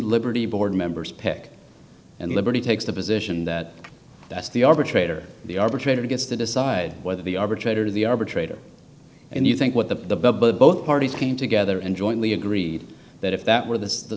liberty board members pick and liberty takes the position that that's the arbitrator the arbitrator gets to decide whether the arbitrator the arbitrator and you think what the but both parties came together and jointly agreed that if that were the